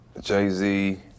Jay-Z